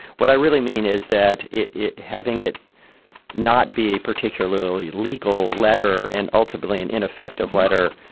what i really mean is that it it having it not be a particularly legal letter and ultimately an ineffective letter.